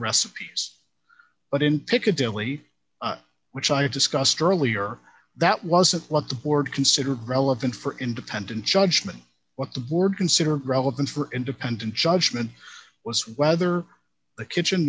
recipes but in piccadilly which i had discussed earlier that wasn't what the board considered relevant for independent judgment what the board consider relevant for independent judgment was whether the kitchen